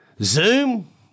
Zoom